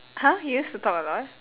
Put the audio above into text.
!huh! you used to talk a lot